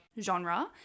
genre